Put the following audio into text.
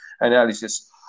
analysis